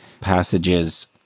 passages